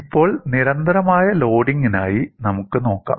ഇപ്പോൾ നിരന്തരമായ ലോഡിംഗിനായി നമുക്ക് നോക്കാം